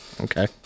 Okay